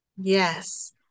Yes